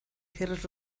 cierres